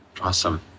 Awesome